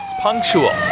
punctual